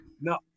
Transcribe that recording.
No